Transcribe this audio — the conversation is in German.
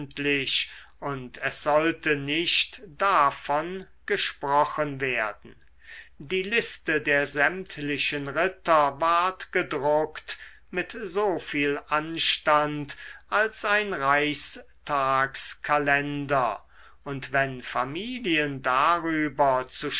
und es sollte nicht davon gesprochen werden die liste der sämtlichen ritter ward gedruckt mit so viel anstand als ein reichstagskalender und wenn familien darüber